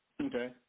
Okay